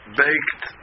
baked